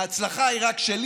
ההצלחה היא רק שלי.